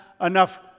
enough